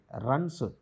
runs